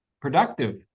productive